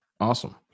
Awesome